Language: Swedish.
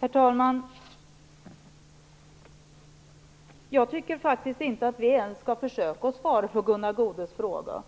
Herr talman! Jag tycker faktiskt inte att vi ens skall försöka att svara på Gunnar Goudes fråga